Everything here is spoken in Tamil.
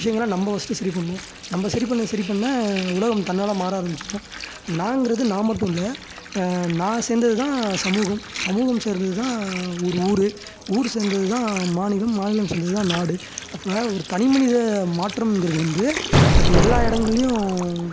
விஷயங்கள்லாம் நம்ப ஃபஸ்ட்டு சரி பண்ணணும் நம்ப சரி பண்ண சரி பண்ண உலகம் தன்னால் மாற ஆரம்பிச்சுடும் நான்ங்கிறது நான் மட்டும் இல்லை நான் சேர்ந்தது தான் சமூகம் சமூகம் சேர்ந்தது தான் ஒரு ஊர் ஊர் சேர்ந்தது தான் மாநிலம் மாநிலம் சேர்ந்தது தான் நாடு அப்போ ஒரு தனிமனித மாற்றம்ங்கிறது வந்து அது எல்லா இடங்கள்லியும்